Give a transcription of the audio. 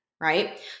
right